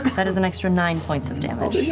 that is an extra nine points of damage. yeah